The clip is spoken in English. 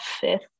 fifth